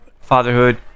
Fatherhood